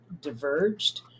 diverged